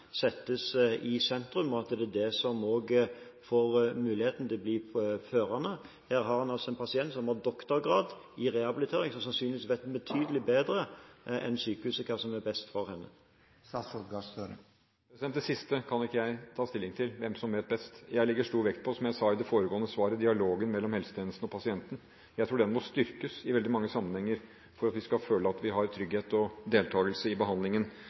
settes i sentrum, og at det da er det som får muligheten til å bli førende. Her har en altså en pasient som har doktorgrad i rehabilitering, og som sannsynligvis vet betydelig bedre enn sykehuset hva som er best for henne. Det siste kan ikke jeg ta stilling til – hvem som vet best. Jeg legger stor vekt på, som jeg sa i det foregående svaret, dialogen mellom helsetjenesten og pasienten. Jeg tror den må styrkes i veldig mange sammenhenger for at vi skal føle at vi har trygghet og deltagelse i behandlingen